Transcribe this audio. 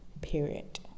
period